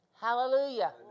Hallelujah